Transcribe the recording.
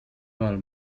val